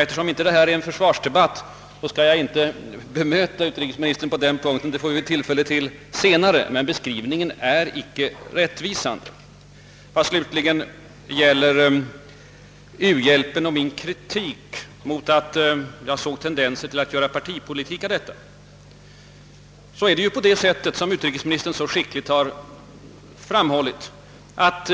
Eftersom detta inte är en försvarsdebatt skall jag inte bemöta utrikesministern på den punkten; det får vi tillfälle till senare. Men beskrivningen är icke rättvisande. Vad slutligen gäller min kritik mot den tendens jag iakttagit att göra partipolitik av u-hjälpen, så är det ju på det sättet — som utrikesministern så skickligt nyss har framhållit — att